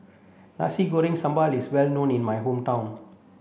Nasi Goreng Sambal is well known in my hometown